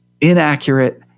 inaccurate